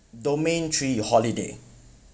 domain three holiday